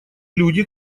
люди